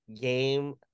game